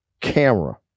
camera